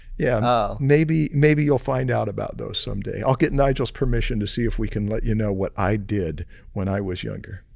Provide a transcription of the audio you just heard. yeah, ah maybe maybe you'll find out about those someday. i'll get nigel's permission to see if we can let you know what i did when i was younger.